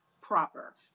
proper